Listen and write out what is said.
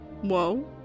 whoa